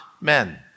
men